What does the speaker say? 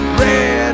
red